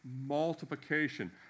multiplication